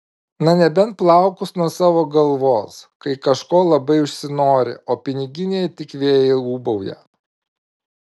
na nebent plaukus nuo savo galvos kai kažko labai užsinori o piniginėje tik vėjai ūbauja